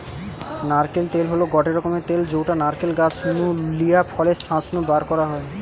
নারকেল তেল হল গটে রকমের তেল যউটা নারকেল গাছ নু লিয়া ফলের শাঁস নু বারকরা হয়